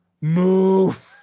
move